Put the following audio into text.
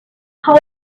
how